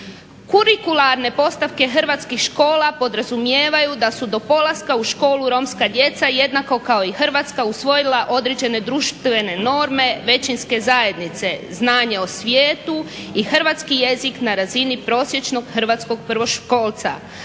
Kurikularne postavke hrvatskih škola podrazumijevaju da su do polaska u školu romska djeca jednako kao i hrvatska usvojila određene društvene norme većinske zajednice znanje o svijetu i hrvatski jezik na razini prosječnog hrvatskog prvoškolca,